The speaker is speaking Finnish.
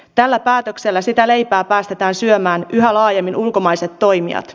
tällä päätöksellä sitä leipää päästetään syömään yhä laajemmin ulkomaiset toimijat